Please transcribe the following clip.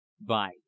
Bye